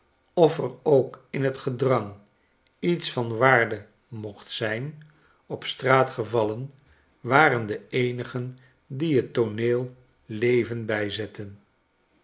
of er ook in het gedrang iets van waarde mocht zijn op straat gevallen waren de eenigen die het tooneel leven bijzetten